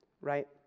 Right